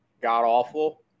god-awful